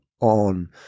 on –